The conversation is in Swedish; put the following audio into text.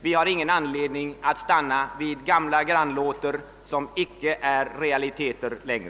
Vi har ingen anledning att behålla gamla grannlåter, som icke längre är realiteter.